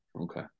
Okay